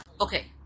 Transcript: Okay